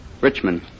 Richmond